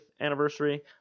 anniversary